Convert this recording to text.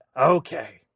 okay